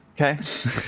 Okay